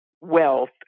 wealth